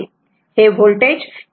हे होल्टेज किंवा करंट असू शकते